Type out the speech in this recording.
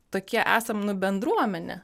tokie esam nu bendruomenė